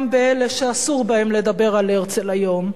גם באלה שאסור בהם לדבר על הרצל היום.